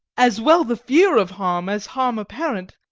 as well the fear of harm as harm apparent,